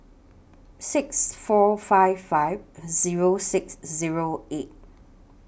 six four five five Zero six Zero eight